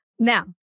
Now